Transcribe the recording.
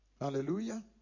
Hallelujah